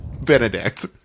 Benedict